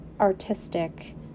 artistic